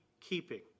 keeping